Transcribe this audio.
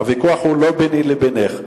הוויכוח הוא לא ביני לבינך.